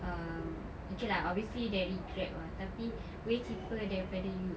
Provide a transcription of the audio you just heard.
um okay lah obviously dari Grab ah tapi way cheaper daripada you